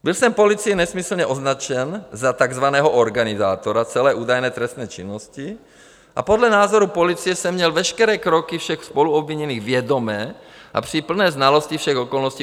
Byl jsem policií nesmyslně označen za takzvaného organizátora celé údajné trestné činnosti a podle názoru policie jsem měl veškeré kroky všech spoluobviněných vědomé a při plné znalosti všech okolností organizovat a řídit.